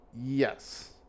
yes